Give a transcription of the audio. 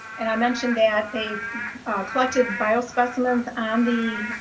and i mentioned that they collected biospecimens on the